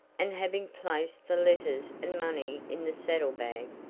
and having placed the letters and money in the saddle-bag,